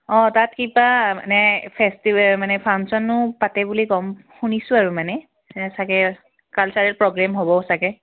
অঁ তাত কিবা মানে ফেষ্টিভেল মানে ফাংচনো পাতে বুলি গম শুনিছোঁ আৰু মানে চাগে কালচাৰেল প্ৰগ্ৰেম হ'ব চাগে